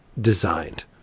designed